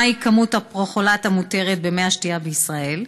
מהי כמות הפרכלורט המותרת במי השתייה בישראל?